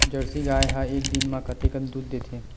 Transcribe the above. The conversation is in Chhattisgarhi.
जर्सी गाय ह एक दिन म कतेकन दूध देथे?